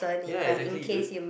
ya exactly dude